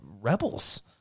rebels